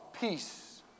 peace